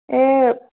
এই